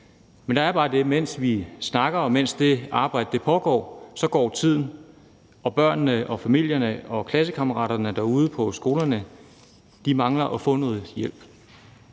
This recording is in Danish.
Men der er bare det, at mens vi snakker, og mens det arbejde pågår, går tiden, og børnene og familierne og klassekammeraterne på skolerne derude mangler at få noget hjælp.